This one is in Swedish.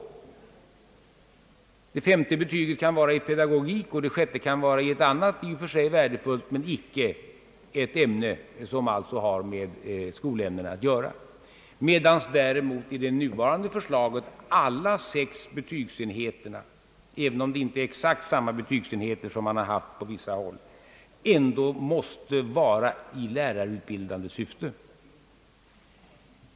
Det femte betyget kan tas i pedagogik och det sjätte i ett annat i och för sig värdefullt ämne som dock inte har med skolämnena att göra. I det nuvarande förslaget måste däremot alla sex betygsenheterna, även om det inte är exakt samma betygsenheter som man har på vissa håll, föreligga i ämnen med lärarutbildande . syften.